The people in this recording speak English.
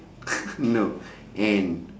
no N